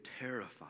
terrified